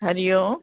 Hari Om